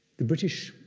the british,